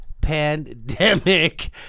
pandemic